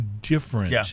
different